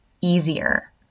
easier